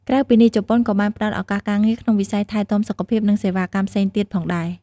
ក្រៅពីនេះ ជប៉ុនក៏បានផ្ដល់ឱកាសការងារក្នុងវិស័យថែទាំសុខភាព និងសេវាកម្មផ្សេងទៀតផងដែរ ។